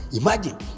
imagine